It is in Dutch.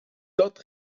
dat